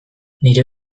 nire